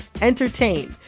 entertain